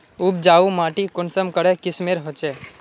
उपजाऊ माटी कुंसम करे किस्मेर होचए?